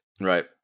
Right